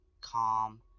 calm